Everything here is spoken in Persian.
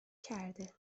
کرده